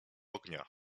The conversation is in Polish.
ognia